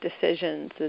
decisions